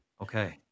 Okay